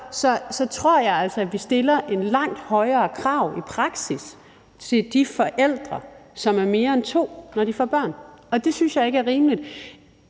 jeg tror altså, at vi stiller langt højere krav i praksis til de forældre, som er mere end to, når de får børn. Og det synes jeg ikke er rimeligt.